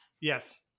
yes